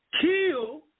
Kill